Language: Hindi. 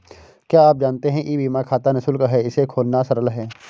क्या आप जानते है ई बीमा खाता निशुल्क है, इसे खोलना सरल है?